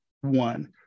one